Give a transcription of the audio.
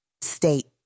State